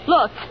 Look